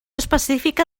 específica